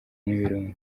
n’ibirunga